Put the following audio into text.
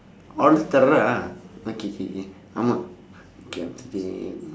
alter ah oh K K K ஆமாம்:amam okay after that